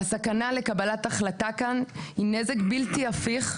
הסכנה לקבלת החלטה כאן היא נזק בלתי הפיך,